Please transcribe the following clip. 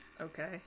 Okay